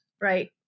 Right